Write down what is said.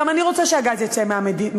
גם אני רוצה שהגז יצא מהמים,